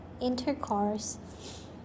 intercourse